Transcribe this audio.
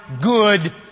good